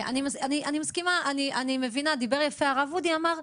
הרב אודי דיבר יפה ואמר,